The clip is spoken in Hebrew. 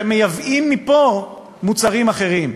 כשמייבאים מפה מוצרים אחרים.